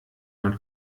man